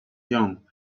young